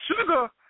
Sugar